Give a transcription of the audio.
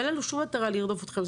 אין לנו שום מטרה לרדוף אתכם,